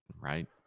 right